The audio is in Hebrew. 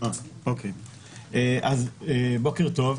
בוקר טוב.